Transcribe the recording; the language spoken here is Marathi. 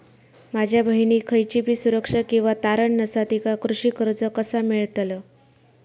माझ्या बहिणीक खयचीबी सुरक्षा किंवा तारण नसा तिका कृषी कर्ज कसा मेळतल?